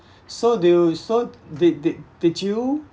so do you so did did did you